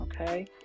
okay